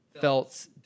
felt